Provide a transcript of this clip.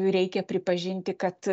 reikia pripažinti kad